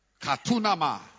Katunama